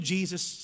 Jesus